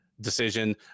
decision